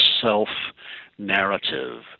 self-narrative